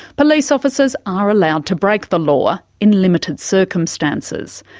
police officers are allowed to break the law in limited circumstances,